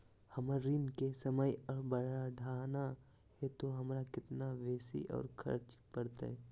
हमर ऋण के समय और बढ़ाना है तो हमरा कितना बेसी और खर्चा बड़तैय?